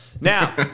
Now